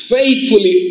faithfully